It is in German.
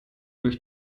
durch